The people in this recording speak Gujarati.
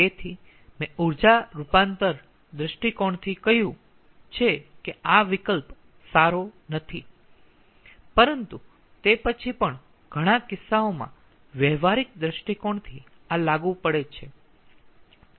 તેથી મેં ઊર્જા રૂપાંતર દૃષ્ટિકોણથી કહ્યું છે કે આ સારો વિકલ્પ નથી પરંતુ તે પછી પણ ઘણા કિસ્સાઓમાં વ્યવહારિક દૃષ્ટિકોણથી આ લાગુ પડે છે